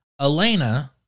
Elena